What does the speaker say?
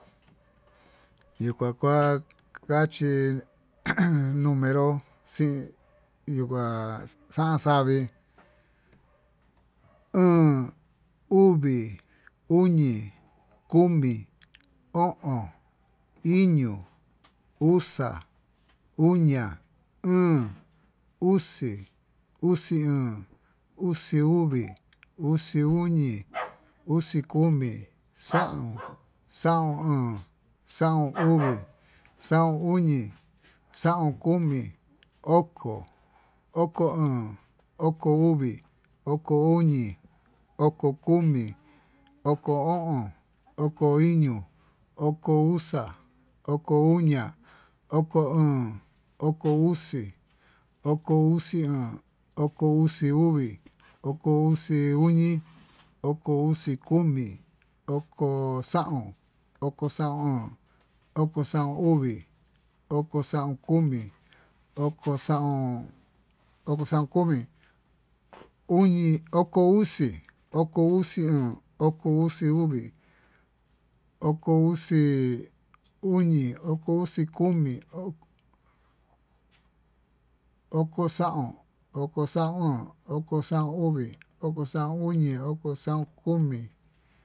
Ihó kuá kuá xachí número xii yunguá xan xavii, oon, uví, uñi, komi, o'on, iño, uxa, uña'a, óón, uxi, uxi oon, uxi uví, uxi uñi, uxi komi, xaón, xaón oon, xaón uví, xaón uñi, xaón komi, oko, oko oon, oko uví, oko uñi, oko komi, oko o'on, oko iño, oko uxa, oko uña, oko óón, oko uxi, oko uxi oon, oko uxi uví, oko uxi uñi, oko uxi komi, oko xaón, oko xaón oon, oko xaón uví, oko xaón uñi, oko xaón komi, oko xaón komi, uñi, oko uxi, oko uxi oon, oko uxi uví, oko uxi uñi, oko uxi komi, oko xaón, oko xaón oon, oko xaón uví, oko xaón uñi, oko xaón komi.